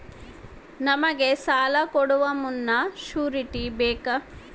ನಮಗೆ ಸಾಲ ಕೊಡುವ ಮುನ್ನ ಶ್ಯೂರುಟಿ ಬೇಕಾ?